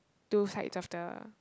two sides of the